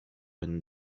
une